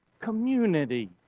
community